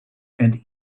and